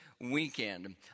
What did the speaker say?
weekend